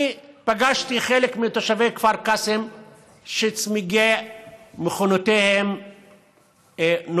אני פגשתי חלק מתושבי כפר קאסם שצמיגי מכוניותיהם נוקרו